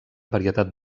varietat